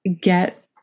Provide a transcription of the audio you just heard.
get